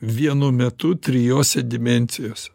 vienu metu trijose dimensijose